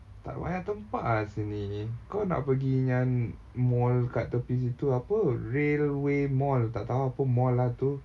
tak banyak tempat ah sini kau nak pergi yang mall kat tepi situ railway mall tak tahu apa mall ah tu